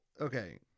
okay